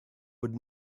would